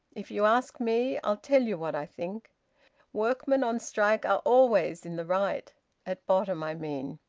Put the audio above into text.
if you ask me, i'll tell you what i think workmen on strike are always in the right at bottom i mean.